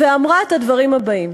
ואמרה את הדברים הבאים: